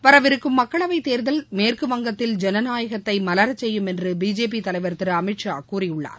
வரவிருக்கும் மக்களவை தேர்தல் மேற்கு வங்கத்தில் ஜனநாயகத்தை மலர செய்யும் என்று பிஜேபி தலைவர் திரு அமித் ஷா கூறியுள்ளார்